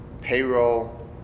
payroll